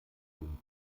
wurden